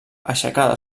aixecada